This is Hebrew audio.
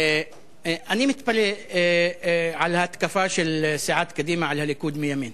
אני מתפלא על ההתקפה של סיעת קדימה על הליכוד מימין.